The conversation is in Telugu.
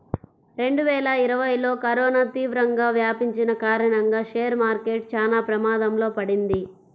రెండువేల ఇరవైలో కరోనా తీవ్రంగా వ్యాపించిన కారణంగా షేర్ మార్కెట్ చానా ప్రమాదంలో పడింది